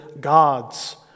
God's